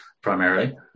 primarily